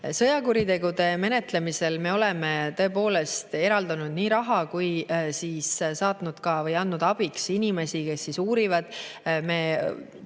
Sõjakuritegude menetlemiseks me oleme tõepoolest eraldanud nii raha kui ka andnud abiks inimesi, kes uurivad.